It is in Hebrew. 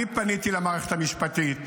אני פניתי למערכת המשפטית,